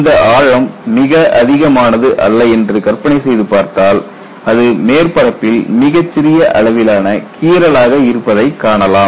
இந்த ஆழம் மிக அதிகமானது அல்ல என்று கற்பனை செய்து பார்த்தால் அது மேற்பரப்பில் மிகச் சிறிய அளவிலான கீறலாக இருப்பதைக் காணலாம்